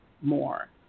more